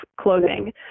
clothing